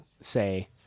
say